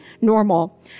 normal